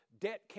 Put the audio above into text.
debt